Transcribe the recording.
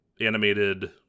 animated